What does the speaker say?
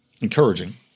encouraging